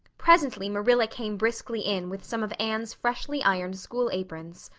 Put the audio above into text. presently marilla came briskly in with some of anne's freshly ironed school aprons.